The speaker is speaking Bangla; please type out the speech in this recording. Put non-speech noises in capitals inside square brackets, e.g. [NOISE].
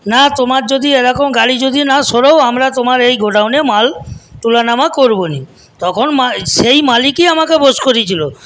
না তোমার যদি এরকম গাড়ি যদি না সরাও আমরা তোমার এই গোডাউনে মাল তোলা নামা করব না তখন [UNINTELLIGIBLE] সেই মালিকই আমাকে ফোর্স করেছিল